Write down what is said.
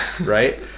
right